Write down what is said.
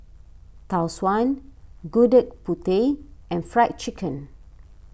Tau Suan Gudeg Putih and Fried Chicken